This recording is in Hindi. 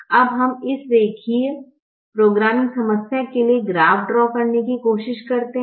अब हम इस रेखीय प्रोग्रामिंग समस्या के लिए ग्राफ ड्रॉ करने की कोशिश करते हैं